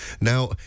now